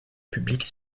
publique